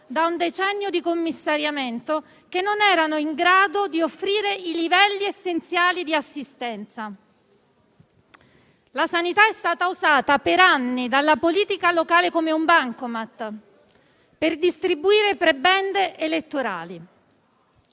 da un decennio di commissariamento e che non erano in grado di offrire i livelli essenziali di assistenza. La sanità è stata usata per anni dalla politica locale come un bancomat per distribuire prebende elettorali.